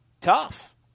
tough